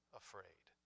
afraid